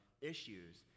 issues